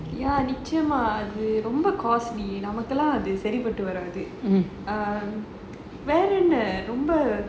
ya நிச்சயமா அது ரொம்ப நமக்கு எல்லாம் எது சரிபட்டு வராது வேற என்ன ரொம்ப:nichayamaa athu romba namakku ellaam athu saripattu varaathu vera enna romba